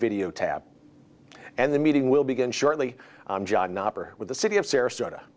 video tab and the meeting will begin shortly with the city of sarasota